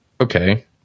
okay